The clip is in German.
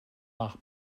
nach